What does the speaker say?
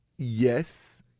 Yes